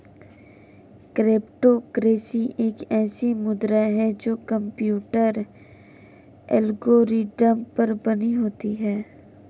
crypto currency एक ऐसी मुद्रा है जो कंप्यूटर एल्गोरिदम पर बनी होती है